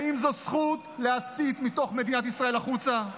האם זו זכות להסית מתוך מדינת ישראל החוצה?